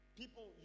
people